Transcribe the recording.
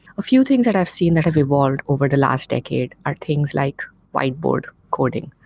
a few things that i've seen that have evolved over the last decade are things like whiteboard coding,